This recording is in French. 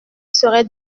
serait